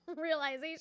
realization